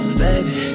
baby